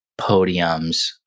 podiums